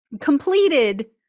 completed